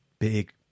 big